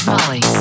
Molly